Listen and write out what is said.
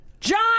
John